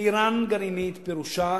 כי אירן גרעינית פירושה